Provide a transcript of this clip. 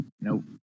Nope